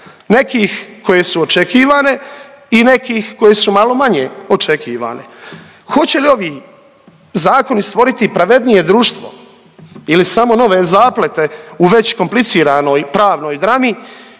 Nekih koje su očekivane i nekih koje su malo manje očekivane. Hoće li ovi zakoni stvoriti pravednije društvo ili samo nove zaplete u već kompliciranoj pravnoj drami